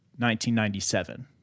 1997